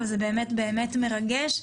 וזה באמת באמת מרגש,